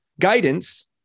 guidance